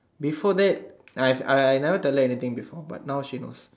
before that I I I never tell her anything before but now she knows